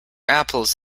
apples